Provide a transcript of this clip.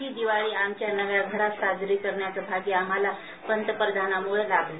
ही दिवाळी आमच्या नव्या घरात साजरी करण्याचा भाग्य आम्हाला पंतप्रधानांम्ळे लाभलं